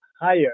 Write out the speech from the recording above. higher